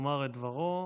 ולומר את דברו.